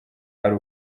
ari